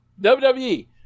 WWE